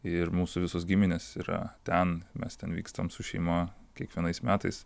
ir mūsų visos giminės yra ten mes ten vykstam su šeima kiekvienais metais